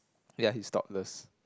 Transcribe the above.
ya he's topless